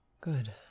Good